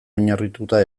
oinarrituta